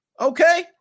okay